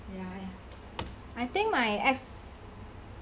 ya I think my ex